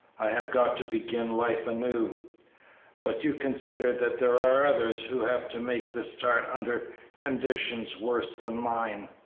i have got to begin life anew but you consider that there are others who have to make the start under conditions worse than mine.